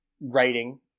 writing